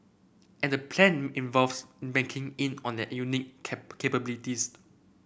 and the plan involves banking in on their unique cap capabilities